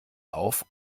auf